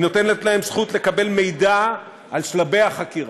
היא נותנת להן זכות לקבל מידע על שלבי החקירה,